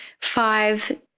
Five